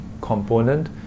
component